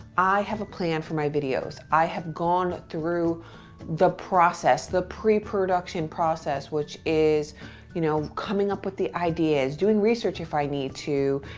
i have a plan for my videos. i have gone through the process, the pre-production process which is you know, coming up with the ideas, doing research if i need to,